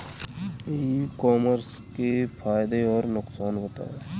ई commerce के फायदे और नुकसान बताएँ?